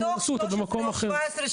זה חוזר בחזרה למשרד החוץ.